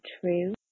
true